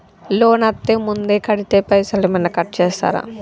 Loan అత్తే ముందే కడితే పైసలు ఏమైనా కట్ చేస్తరా?